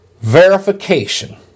verification